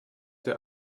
der